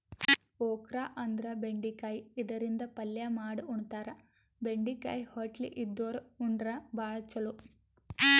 okra ಅಂದ್ರ ಬೆಂಡಿಕಾಯಿ ಇದರಿಂದ ಪಲ್ಯ ಮಾಡ್ ಉಣತಾರ, ಬೆಂಡಿಕಾಯಿ ಹೊಟ್ಲಿ ಇದ್ದೋರ್ ಉಂಡ್ರ ಭಾಳ್ ಛಲೋ